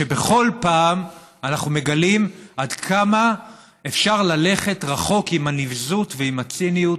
שבכל פעם אנחנו מגלים עד כמה אפשר ללכת רחוק עם הנבזות ועם הציניות.